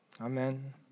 Amen